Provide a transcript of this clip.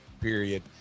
period